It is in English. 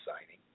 signing